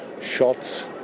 shots